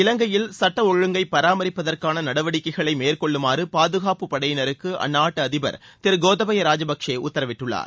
இலங்கையில் சட்டம் ஒழுங்கை பராமரிப்பதற்கான நடவடிக்கைகளை மேற்கொள்ளுமாறு பாதுகாப்புப் படையினருக்கு அந்நாட்டு அதிபர் கோத்தபய ராஜபக்சே உத்தரவிட்டுள்ளார்